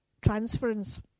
Transference